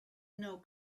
know